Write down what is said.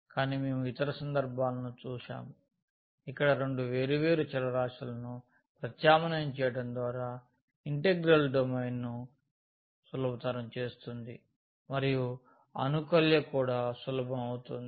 కానీ మేము ఇతర సందర్భాలను చూశాము ఇక్కడ రెండు వేర్వేరు చలరాశులను ప్రత్యామ్నాయం చేయడం ద్వారా ఇంటిగ్రల్ డొమైన్ను సులభతరం చేస్తుంది మరియు అనుకల్య కూడా సులభం అవుతుంది